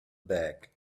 bag